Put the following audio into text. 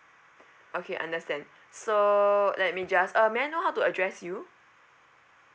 okay understand so let me just uh may I know how to address you